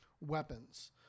weapons